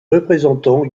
représentants